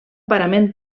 parament